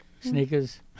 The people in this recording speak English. sneakers